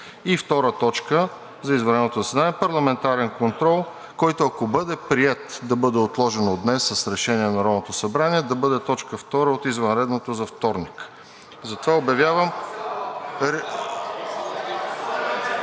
И втора точка за извънредното заседание: парламентарен контрол, който, ако бъде прието да бъде отложен днес с решение на Народното събрание, да бъде точка втора от извънредното за вторник. Затова обявявам